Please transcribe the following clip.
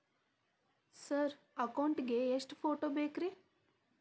Sir account ಗೇ ಎಷ್ಟು photo ಬೇಕ್ರಿ?